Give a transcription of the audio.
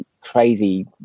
crazy